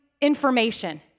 information